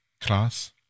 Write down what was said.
class